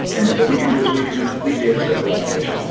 and then what we can do is we can do complete data center automation.